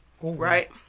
right